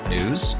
News